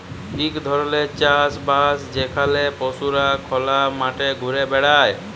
ইক রকমের চাষ বাস যেখালে পশুরা খলা মাঠে ঘুরে বেড়ায়